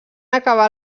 acabar